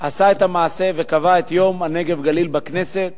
עשה את המעשה וקבע את יום הנגב והגליל בכנסת,